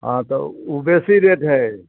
हँ तऽ उ बेसी रेट हइ